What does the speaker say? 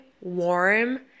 warm